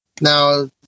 now